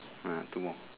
um two more